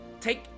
Take